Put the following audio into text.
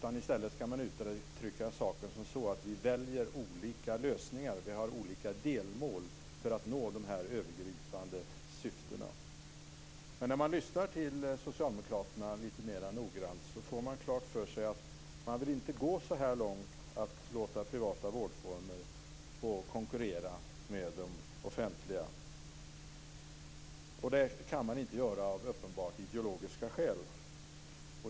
I stället kan man uttrycka saken så att vi väljer olika lösningar, vi har olika delmål för att nå de övergripande syftena. Men när man lyssnar litet mer noggrant till Socialdemokraterna får man klart för sig att de inte vill gå så långt och låta privata vårdformer få konkurrera med de offentliga. Det kan de inte göra av uppenbart ideologiska skäl.